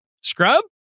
scrub